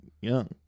young